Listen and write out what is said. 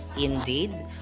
Indeed